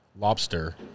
lobster